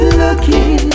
looking